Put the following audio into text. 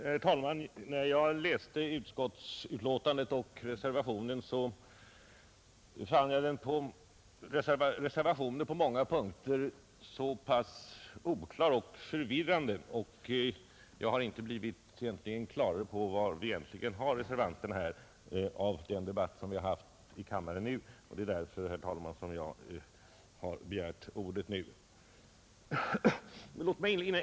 Herr talman! När jag läste utskottets betänkande och reservationen, fann jag reservationen på många punkter oklar och förvirrande, och av denna debatt i kammaren har jag egentligen inte blivit klarare på var vi har reservanterna. Det är därför jag har begärt ordet.